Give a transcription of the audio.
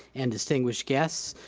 and distinguished guests,